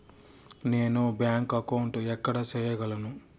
నేను bank account ఎక్కడ సేయగలను